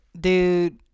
Dude